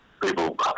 people